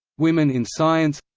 women in science